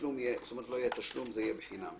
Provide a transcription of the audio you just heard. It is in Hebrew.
יהיה בתשלום והנסיעה תהיה בחינם.